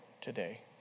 today